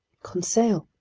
conseil!